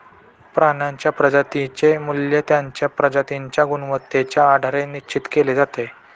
प्राण्यांच्या प्रजातींचे मूल्य त्यांच्या प्रजातींच्या गुणवत्तेच्या आधारे निश्चित केले जाते